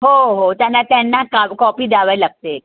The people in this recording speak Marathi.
हो हो त्यांना त्यांना का कॉपी द्यावे लागते एक